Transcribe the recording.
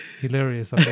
hilarious